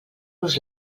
los